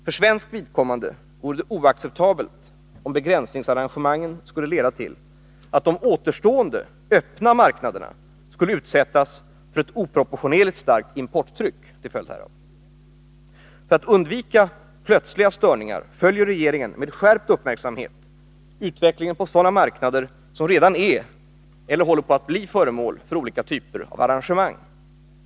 För svenskt vidkommande vore det oacceptabelt, om begränsningsarrangemangen skulle leda till att de återstående öppna marknaderna skulle utsättas för ett oproportionerligt starkt importtryck. För att undvika plötsliga störningar följer regeringen med skärpt uppmärksamhet utvecklingen på sådana marknader som redan är eller håller på att bli föremål för olika typer av arrangemang.